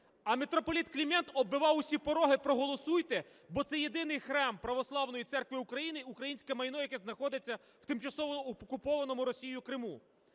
а митрополит Климент оббивав усі пороги: проголосуйте, бо це єдиний храм Православної церкви України і українське майно, яке знаходиться в тимчасово окупованому Росією Криму.